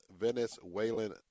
venezuelan